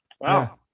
wow